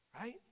Right